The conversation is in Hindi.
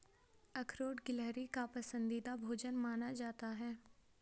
अखरोट गिलहरी का पसंदीदा भोजन माना जाता है